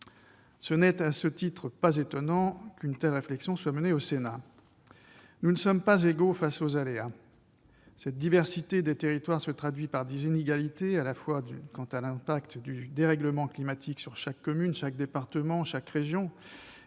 Il n'est, à ce titre, pas étonnant qu'une telle réflexion soit menée au Sénat. Nous ne sommes pas égaux face aux aléas. La diversité des territoires se traduit par des inégalités, à la fois quant à l'impact du dérèglement climatique sur chaque commune, chaque département, chaque région,